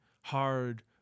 hard